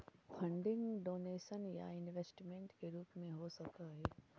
funding donation या investment के रूप में हो सकऽ हई